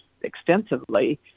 extensively